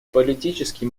политически